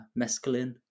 mescaline